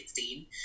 2016